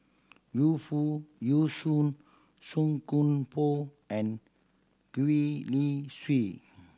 Yu Foo Yee Shoon Song Koon Poh and Gwee Li Sui